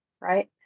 right